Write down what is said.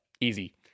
easy